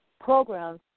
programs